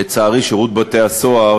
לצערי, שירות בתי-הסוהר